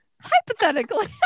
Hypothetically